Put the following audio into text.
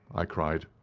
i cried.